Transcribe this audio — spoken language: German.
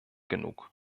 genug